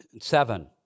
Seven